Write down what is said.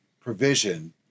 provision